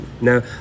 Now